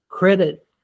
credit